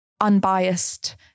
Unbiased